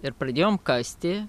ir pradėjom kasti